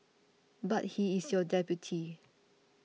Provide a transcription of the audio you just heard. but he is your deputy